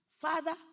Father